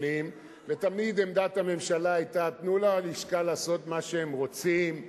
ותמיד עמדת הממשלה היתה: תנו ללשכה לעשות מה שהם רוצים.